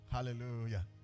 Hallelujah